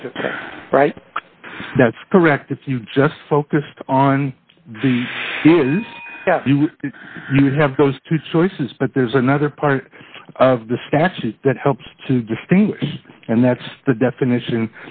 present right that's correct if you just focused on the you have those two choices but there's another part of the statute that helps to distinguish and that's the definition